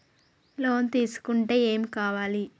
Loan తీసుకుంటే ఏం కావాలి?